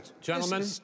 Gentlemen